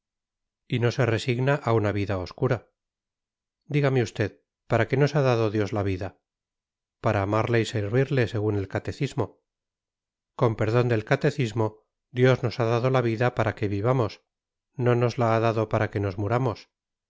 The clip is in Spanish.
y no se resigna a una vida obscura dígame usted para qué nos ha dado dios la vida para amarle y servirle según el catecismo con perdón del catecismo dios nos ha dado la vida para que vivamos no nos la ha dado para que nos muramos